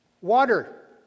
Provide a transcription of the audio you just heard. water